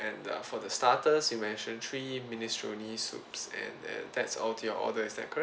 and uh for the starters you mention three minestrone soups and that that's all to your order is that correct